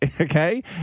Okay